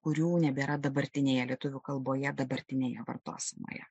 kurių nebėra dabartinėje lietuvių kalboje dabartinėje vartosenoje